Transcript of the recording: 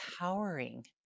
empowering